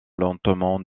lentement